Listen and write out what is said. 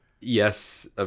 Yes